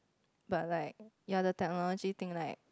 but like ya the technology thing like